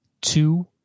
two